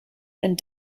and